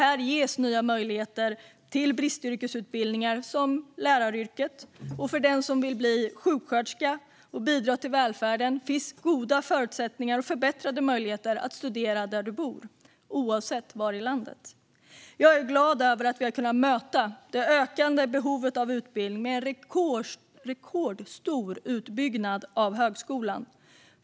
Här ges nya möjligheter till bristyrkesutbildningar, såsom läraryrket. För den som vill bli sjuksköterska och bidra till välfärden finns goda förutsättningar och förbättrade möjligheter att studera där man bor, oavsett var i landet det är. Jag är glad över att vi har kunnat möta det ökande behovet av utbildning med en rekordstor utbyggnad av högskolan.